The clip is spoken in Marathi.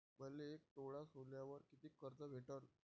मले एक तोळा सोन्यावर कितीक कर्ज भेटन?